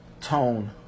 tone